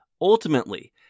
Ultimately